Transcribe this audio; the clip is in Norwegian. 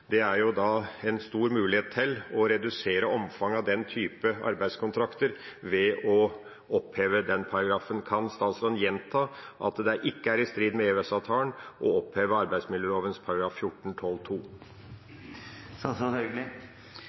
Det er stor mulighet til å redusere omfanget av den type arbeidskontrakter ved å oppheve den paragrafen. Kan statsråden gjenta at det ikke er i strid med EØS-avtalen å oppheve